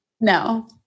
No